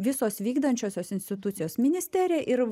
visos vykdančiosios institucijos ministerija ir